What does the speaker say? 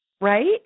right